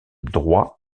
droit